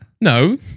No